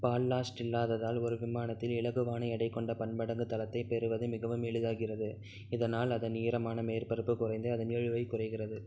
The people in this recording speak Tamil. பால்லாஸ்ட் இல்லாததால் ஒரு விமானத்தில் இலகுவான எடை கொண்ட பன்மடங்கு தளத்தை பெறுவது மிகவும் எளிதாகிறது இதனால் அதன் ஈரமான மேற்பரப்பு குறைந்து அதன் இழுவை குறைகிறது